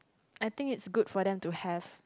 I think it's good for them to have